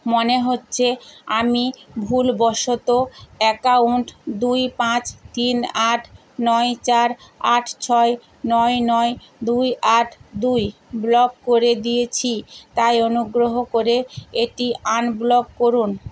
মনে হচ্ছে আমি ভুলবশত অ্যাকাউন্ট দুই পাঁচ তিন আট নয় চার আট ছয় নয় নয় দুই আট দুই ব্লক করে দিয়েছি তাই অনুগ্রহ করে এটি আনব্লক করুন